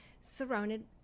surrounded